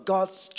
God's